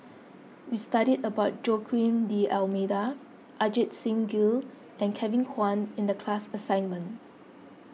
we studied about Joaquim D'Almeida Ajit Singh Gill and Kevin Kwan in the class assignment